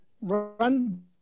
run